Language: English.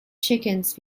chickens